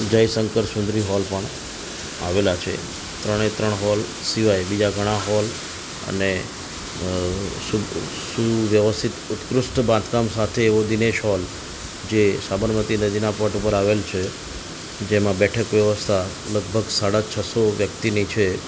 જય શંકર સુંદરી હૉલ પણ આવેલા છે ત્રણે ત્રણ હૉલ સિવાય બીજા ઘણા હૉલ અને સુવ્યવસ્થિત ઉત્કૃષ્ટ બાંધકામ સાથે એવો દિનેશ હૉલ જે સાબરમતી નદીના પોર્ટ ઉપર આવેલ છે જેમાં બેઠક વ્યવસ્થા લગભગ સાડા છસો વ્યક્તિની છે